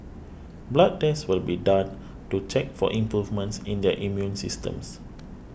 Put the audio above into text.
blood tests will be done to check for improvements in their immune systems